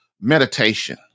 meditation